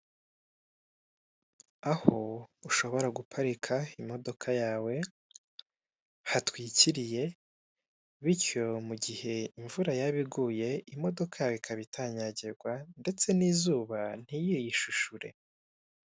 Aho ushobora guparika imodoka yawe hatwikiriye, bityo mugihe imvura yaba iguye imodoka yawe ikaba itanyagirwa ndetse nizuba ntiyiyishishure.